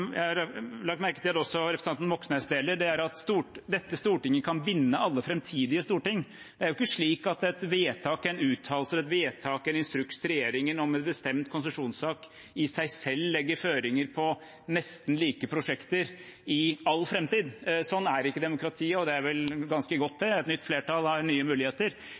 jeg har lagt merke til at også representanten Moxnes deler – om at dette storting kan binde alle framtidige storting. Det er jo ikke slik at et vedtak, en uttalelse eller en instruks til regjeringen om en bestemt konsesjonssak i seg selv legger føringer for nesten like prosjekter i all framtid. Slik er ikke demokratiet. Og det er vel ganske godt at et nytt flertall har nye muligheter.